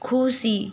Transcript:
खुसी